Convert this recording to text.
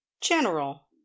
general